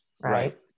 right